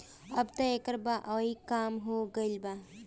अबत एकर बओई कम हो गईल बा